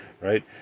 right